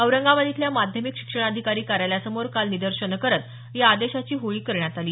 औरंगाबाद इथल्या माध्यमिक शिक्षणाधिकारी कार्यालयासमोर काल निदर्शनं करत या आदेशाची होळी करण्यात आली